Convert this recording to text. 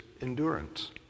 endurance